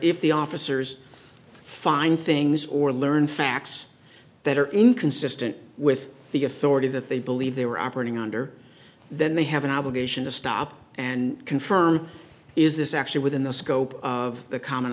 if the officers find things or learn facts that are inconsistent with the authority that they believe they were operating under then they have an obligation to stop and confirm is this actually within the scope of the common